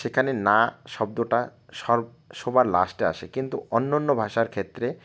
সেখানে না শব্দটা সর সবার লাস্টে আসে কিন্তু অন্যান্য ভাষার ক্ষেত্রে